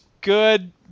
good